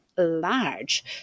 Large